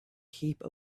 heap